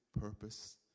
purpose